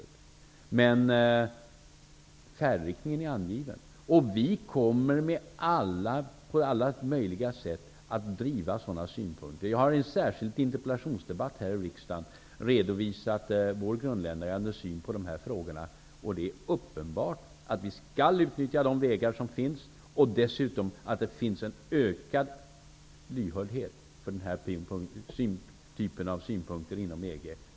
Men färdriktningen är angiven. Vi kommer på alla möjliga sätt att driva sådana synpunkter. Jag har i en särskild interpellationsdebatt här i riksdagen redovisat vår grundläggande syn på de här frågorna. Det är uppenbart att vi skall utnyttja de vägar som finns. Dessutom finns det en ökad lyhördhet för denna typ av synpunkter inom EG.